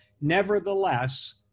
Nevertheless